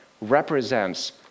represents